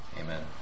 Amen